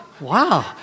Wow